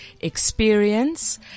experience